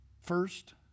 First